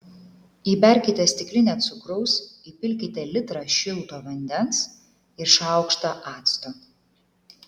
įberkite stiklinę cukraus įpilkite litrą šilto vandens ir šaukštą acto